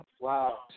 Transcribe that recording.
wow